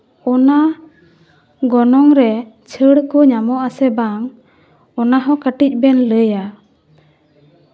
ᱚᱱᱟ ᱜᱚᱱᱚᱝ ᱨᱮ ᱪᱷᱟᱹᱲ ᱠᱚ ᱧᱟᱢᱚᱜ ᱟᱥᱮ ᱵᱟᱝ ᱚᱱᱟᱦᱚᱸ ᱠᱟᱹᱴᱤᱡ ᱵᱮᱱ ᱞᱟᱹᱭᱟ